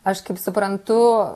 aš kaip suprantu